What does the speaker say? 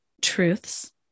truths